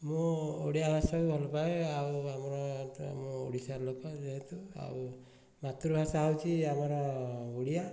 ମୁଁ ଓଡ଼ିଆ ଭାଷାକୁ ଭଲପାଏ ଆଉ ଆମର ତ ମୁଁ ଓଡ଼ିଶା ଲୋକ ଯେହେତୁ ଆଉ ମାତୃଭାଷା ହେଉଛି ଆମର ଓଡ଼ିଆ